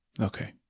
Okay